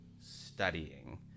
studying